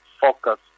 focus